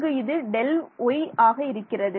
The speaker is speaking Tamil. இங்கு இது Δy ஆக இருக்கிறது